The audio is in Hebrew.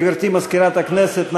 גברתי מזכירת הכנסת,